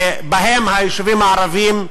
ובהם היישובים הערביים,